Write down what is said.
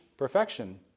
perfection